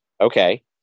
okay